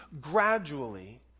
gradually